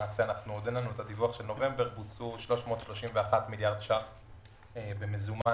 עדיין אין לנו את הדיווח של נובמבר בוצעו 331 מיליארד שקלים במזומן,